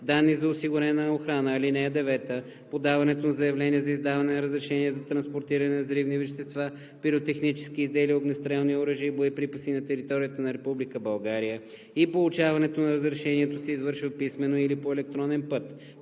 данни за осигурена охрана.“ „(9) Подаването на заявление за издаване на разрешение за транспортиране на взривни вещества, пиротехнически изделия, огнестрелни оръжия и боеприпаси на територията на Република България и получаването на разрешението се извършват писмено или по електронен път.“